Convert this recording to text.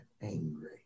angry